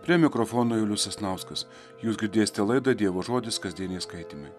prie mikrofono julius sasnauskas jūs girdėsite laidą dievo žodis kasdieniai skaitymai